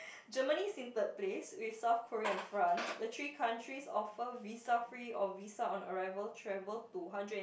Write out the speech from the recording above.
Germany's in third place with South Korea and France the three countries offer visa free or visa on arrival travel to hundred and